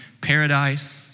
paradise